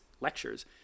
lectures